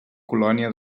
colònia